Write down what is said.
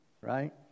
Right